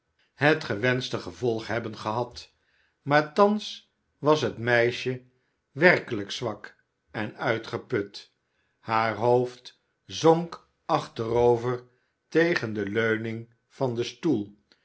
het gewenschte gevolg hebben gehad maar thans was het meisje werkelijk zwak en uitgeput haar hoofd zonk achterover tegen de leuning van den stoel